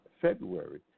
February